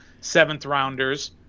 seventh-rounders